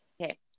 Okay